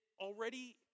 already